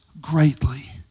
greatly